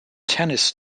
tennis